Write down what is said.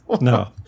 No